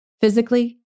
Physically